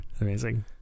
Amazing